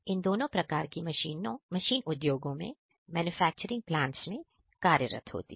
यह दोनों प्रकार की मशीन उद्योगों में मैन्युफैक्चरिंग प्लांट्स में कार्यरत होती हैं